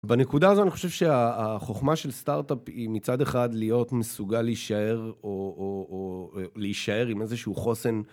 בנקודה הזו אני חושב שהחוכמה של סטארט-אפ היא מצד אחד להיות מסוגל להישאר או להישאר עם איזשהו חוסן.